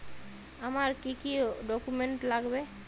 আমার কি কি ডকুমেন্ট লাগবে?